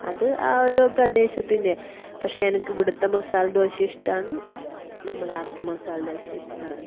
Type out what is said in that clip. അത് ആ ഒരോ പ്രദേശത്തിന്റെയാണ് പക്ഷെ എനക്കിവിടുത്തെ മസാലദോശ ഇഷ്ടമാണ് നമ്മളുടെ അവിടുത്തെ മസാലദോശയും ഇഷ്ടമാണ്